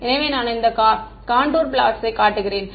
எனவே நான் இந்த காண்ட்டூர் பிளாட்ஸை காட்டுகிறேன்